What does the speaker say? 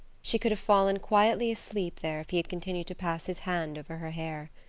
she could have fallen quietly asleep there if he had continued to pass his hand over her hair.